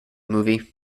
movie